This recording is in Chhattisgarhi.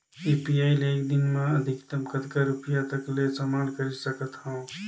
यू.पी.आई ले एक दिन म अधिकतम कतका रुपिया तक ले समान खरीद सकत हवं?